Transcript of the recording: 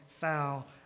foul